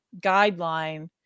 guideline